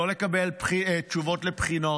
לא לקבל תשובות לבחינות,